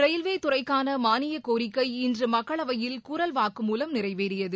railway துறைக்கான மானியக்கோரிக்கை இன்று மக்களவையில் குரல் வாக்கு மூலம் நிறைவேறியது